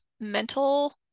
mental